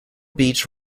beach